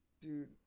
Dude